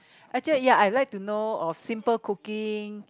actually ya I like to know or simple cooking